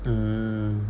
mm